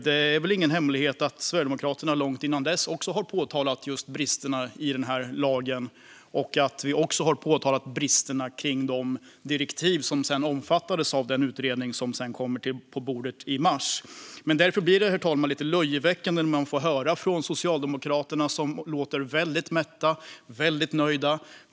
Det är väl ingen hemlighet att Sverigedemokraterna långt innan dess också påtalat bristerna i lagen och även bristerna i direktiven för den utredning som kommer på bordet i mars. Därför blir det, herr talman, lite löjeväckande att få höra att Socialdemokraterna låter väldigt mätta och nöjda.